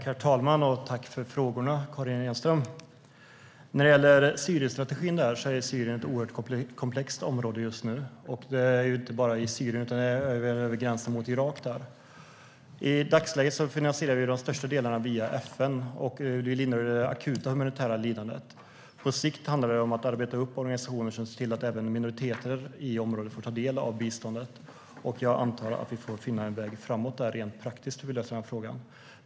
Herr talman! Tack för frågorna, Karin Enström! När det gäller Syrienstrategin: Syrien är ett oerhört komplext område just nu. Det gäller inte bara i Syrien utan även över gränsen mot Irak. I dagsläget finansierar vi de största delarna via FN och lindrar det akuta humanitära lidandet. På sikt handlar det om att arbeta upp organisationer som ser till att även minoriteter i området får ta del av biståndet. Jag antar att vi får finna en väg framåt där rent praktiskt för hur vi löser den frågan.